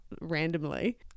randomly